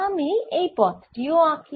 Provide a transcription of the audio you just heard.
আমি এই পথ টি ও আঁকি